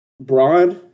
broad